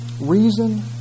Reason